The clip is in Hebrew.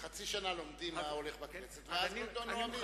חצי שנה לומדים מה הולך בכנסת ועד אז לא נואמים.